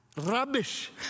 rubbish